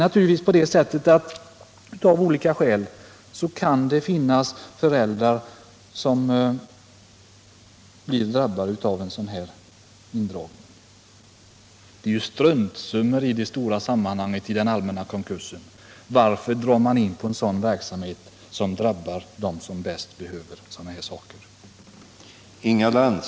Emellertid kan det finnas föräldrar som av olika skäl blir drabbade av indragningen. I det stora sammanhanget, i den allmänna konkursen, rör det sig om struntsummor. Varför lägger man ned utdelningen, när det är de mest behövande som drabbas?